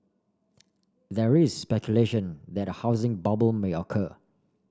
there is speculation that a housing bubble may occur